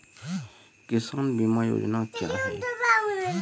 किसान बीमा योजना क्या हैं?